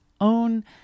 own